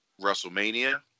WrestleMania